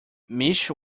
mesh